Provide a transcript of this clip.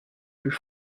plus